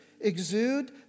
exude